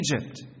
Egypt